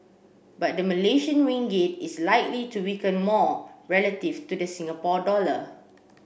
but the Malaysian Ringgit is likely to weaken more relative to the Singapore dollar